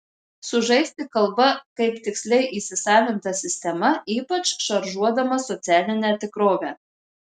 sužaisti kalba kaip tiksliai įsisavinta sistema ypač šaržuodamas socialinę tikrovę